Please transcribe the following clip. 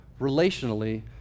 relationally